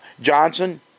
Johnson